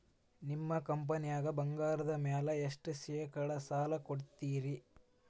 ನಿಮ್ಮ ಕಂಪನ್ಯಾಗ ಬಂಗಾರದ ಮ್ಯಾಲೆ ಎಷ್ಟ ಶೇಕಡಾ ಸಾಲ ಕೊಡ್ತಿರಿ?